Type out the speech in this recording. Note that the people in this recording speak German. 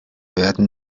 werden